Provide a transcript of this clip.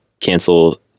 cancel